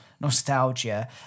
nostalgia